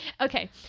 okay